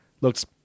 looks